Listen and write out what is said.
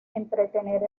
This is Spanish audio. entretener